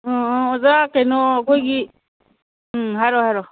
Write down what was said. ꯎꯝ ꯑꯣꯖꯥ ꯀꯩꯅꯣ ꯑꯩꯈꯣꯏꯒꯤ ꯎꯝ ꯍꯥꯏꯔꯛꯑꯣ ꯍꯥꯏꯔꯛꯑꯣ